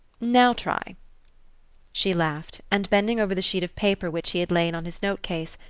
now try she laughed, and bending over the sheet of paper which he had laid on his note-case,